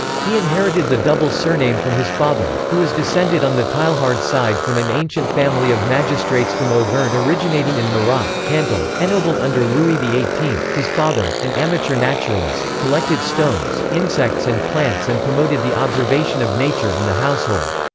he inherited the double surname from his father, who was descended on the teilhard side from an ancient family of magistrates from auvergne originating in murat, cantal, ennobled under louis xviii his father, an amateur naturalist, collected stones, insects and plants and promoted the observation of nature in the household.